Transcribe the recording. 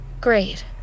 great